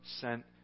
sent